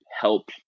help